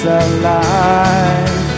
alive